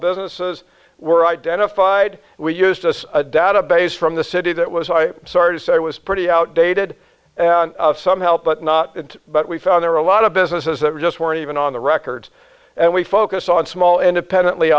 businesses were identified we used a database from the city that was i sorry to say was pretty outdated some help but not but we found there were a lot of businesses that just weren't even on the record and we focus on small independently